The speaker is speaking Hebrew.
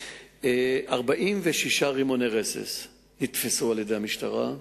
46 רימוני רסס נתפסו על-ידי המשטרה,